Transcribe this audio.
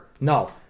No